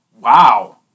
Wow